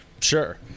sure